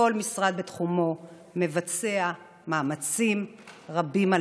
כל משרד בתחומו מבצע מאמצים רבים על